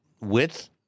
width